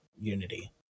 unity